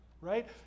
right